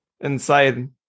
inside